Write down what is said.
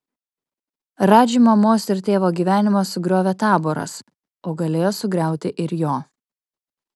radži mamos ir tėvo gyvenimą sugriovė taboras o galėjo sugriauti ir jo